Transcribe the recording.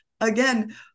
again